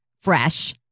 fresh